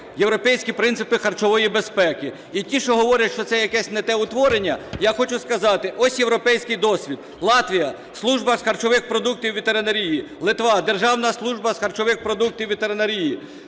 європейські принципи харчової безпеки. І ті, що говорять, що це якесь не те утворення, я хочу сказати, ось європейських досвід. Латвія – Cлужба з харчових продуктів і ветеринарії. Литва – Державна служба з харчових продуктів і ветеринарії.